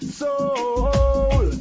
soul